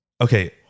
Okay